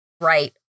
Right